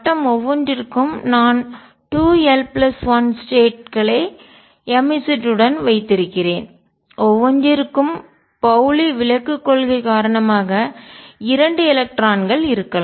ஒவ்வொன்றிற்கும் நான் 2l1 state நிலை களை mZ உடன் வைத்திருக்கிறேன் ஒவ்வொன்றிற்கும் பவுலி விலக்கு கொள்கை காரணமாக இரண்டு எலக்ட்ரான்கள் இருக்கலாம்